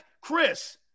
Chris